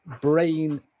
brain